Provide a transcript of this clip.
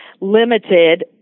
limited